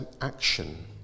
action